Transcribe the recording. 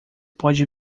pode